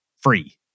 free